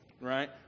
right